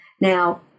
Now